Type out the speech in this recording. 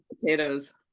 Potatoes